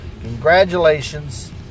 Congratulations